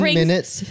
minutes